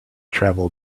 travel